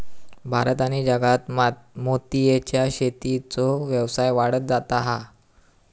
भारत आणि जगात मोतीयेच्या शेतीचो व्यवसाय वाढत जाता हा